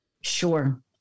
Sure